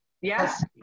Yes